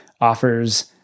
offers